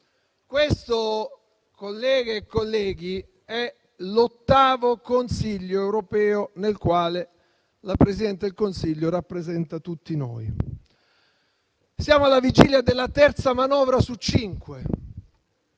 Questo, colleghe e colleghi, è l'ottavo Consiglio europeo nel quale la Presidente del Consiglio rappresenta tutti noi. Siamo alla vigilia della terza manovra su cinque.